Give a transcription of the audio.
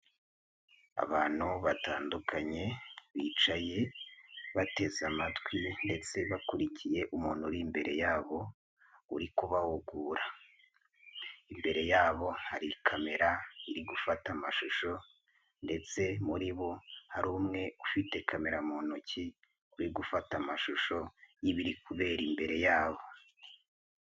Abantu batandukanye bicaye bateze amatwi, ndetse bakurikiye umuntu uri imbere yabo, uri kubahugura. Imbere yabo hari kamera iri gufata amashusho, ndetse muri bo hari umwe ufite kamera mu ntoki uri gufata amashusho y'ibiri kubera imbere yabo.